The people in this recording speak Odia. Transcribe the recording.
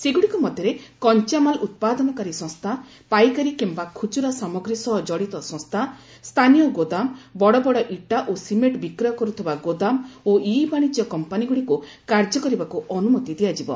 ସେଗୁଡ଼ିକ ମଧ୍ୟରେ କଞ୍ଜାମାଲ୍ ଉତ୍ପାଦନକାରୀ ସଂସ୍ଥା ପାଇକାରୀ କିମ୍ବା ଖୁଚୁରା ସାମଗ୍ରୀ ସହ ଜଡ଼ିତ ସଂସ୍ଥା ସ୍ଥାନୀୟ ଗୋଦାମ ବଡ଼ ବଡ଼ ଇଟା ଓ ସିମେଣ୍ଟ ବିକ୍ରୟ କରୁଥିବା ଗୋଦାମ ଓ ଇ ବାଣିଜ୍ୟ କମ୍ପାନୀଗୁଡ଼ିକୁ କାର୍ଯ୍ୟ କରିବାକୁ ଅନୁମତି ଦିଆଯିବ